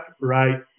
right